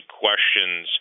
questions